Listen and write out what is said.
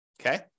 okay